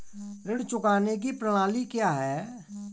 ऋण चुकाने की प्रणाली क्या है?